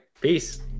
peace